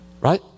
Right